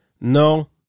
No